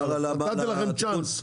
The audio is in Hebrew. נתתי לכם צ'אנס.